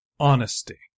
Honesty